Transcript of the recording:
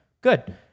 Good